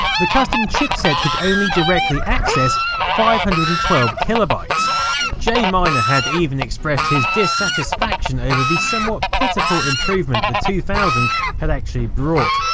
the custom chipset could only directly access five hundred and twelve kb. ah jay miner had even expressed his dissatisfaction over the somewhat pitiful improvement the two thousand had actually brought,